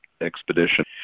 Expedition